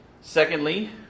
Secondly